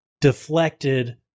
deflected